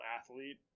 athlete